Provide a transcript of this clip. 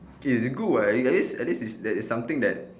okay is good [what] at least at least there's something that